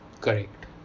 Correct